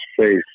face